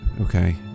Okay